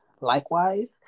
likewise